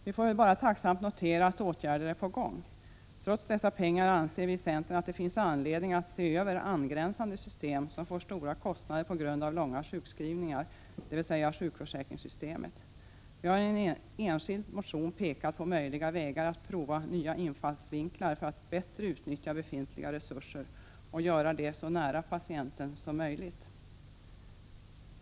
Vi får väl bara tacksamt notera att åtgärder är på gång. Trots nu anvisade pengar till dessa åtgärder anser vi i centern att det finns anledning att se över angränsande system som får stora kostnader på grund av långa sjukskrivningar, dvs. sjukförsäkringssystemet. Vi har i en enskild motion pekat på möjliga vägar att prova nya infallsvinklar för att bättre utnyttja befintliga resurser och göra det så nära patienten som möjligt.